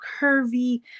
curvy